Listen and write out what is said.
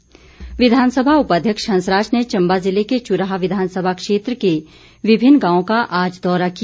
ह सराज विधानसभा उपाध्यक्ष हंसराज ने चम्बा जिले के चुराह विधानसभा क्षेत्र के विभिन्न गांवों का आज दौरा किया